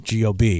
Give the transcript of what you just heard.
GOB